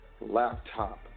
Laptop